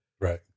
Right